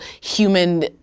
human